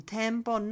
tempo